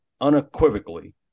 unequivocally